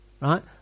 right